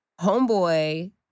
Homeboy